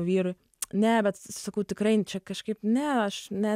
vyrui ne bet sakau tikrai čia kažkaip ne aš ne